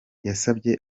yasabye